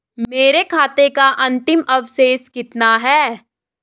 मेरे खाते का अंतिम अवशेष कितना है?